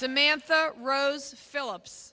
samantha rose philips